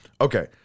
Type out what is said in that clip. okay